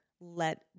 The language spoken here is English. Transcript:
let